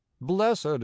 Blessed